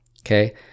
Okay